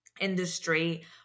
industry